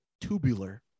tubular